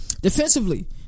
Defensively